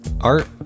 Art